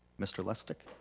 mr. lustig?